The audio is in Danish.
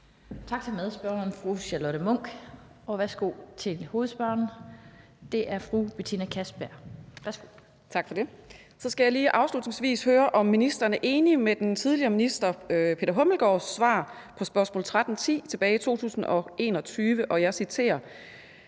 Tak til medspørgeren, fru Charlotte Munch. Og værsgo til hovedspørgeren, fru Betina Kastbjerg. Værsgo. Kl. 15:31 Betina Kastbjerg (DD): Tak for det. Så skal jeg lige afslutningsvis høre, om ministeren er enig med den tidligere minister Peter Hummelgaards svar på spørgsmål nr. S 1310 tilbage i 2021: »Jeg vil gerne